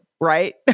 Right